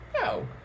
No